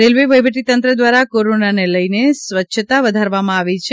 railway વહિવટી તંત્ર દ્વારા કોરોનાને લઇને સ્વચ્છતા વધારવામાં આવી છે